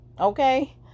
okay